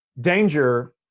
danger